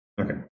okay